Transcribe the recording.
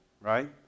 right